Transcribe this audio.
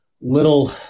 little